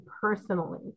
personally